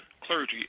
clergy